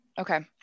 Okay